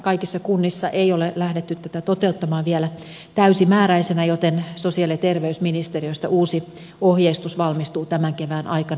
kaikissa kunnissa ei ole lähdetty tätä toteuttamaan vielä täysimääräisenä joten sosiaali ja terveysministeriöstä uusi ohjeistus valmistuu tämän kevään aikana